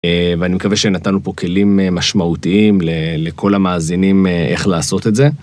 ואני מקווה שנתנו פה כלים משמעותיים לכל המאזינים איך לעשות את זה.